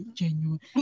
genuine